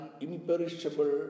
imperishable